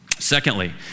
Secondly